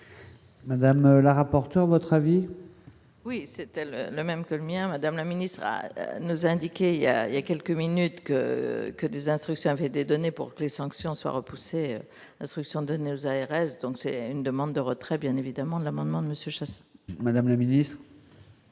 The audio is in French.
Madame la rapporteure votre avis. Oui, c'était le même que le mien, madame la ministre nous a indiqué, il y a, il y a quelques minutes que que des instructions avaient des données pour que les sanctions soient repoussées instructions données aux ARS, donc c'est une demande de retrait bien évidemment de l'amendement de monsieur Chasse. Madame la Ministre